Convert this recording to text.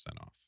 off